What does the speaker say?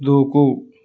దూకు